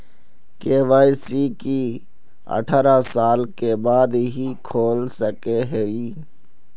KYC की अठारह साल के बाद ही खोल सके हिये?